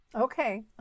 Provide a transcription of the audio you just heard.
Okay